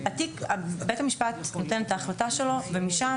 בית המשפט נותן את ההחלטה שלו ומשם